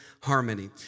harmony